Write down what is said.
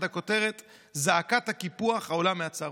הכותרת: זעקת הקיפוח העולה מהצהרונים.